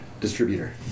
Distributor